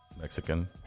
Mexican